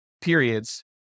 periods